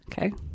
Okay